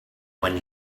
when